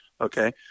Okay